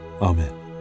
Amen